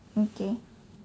okay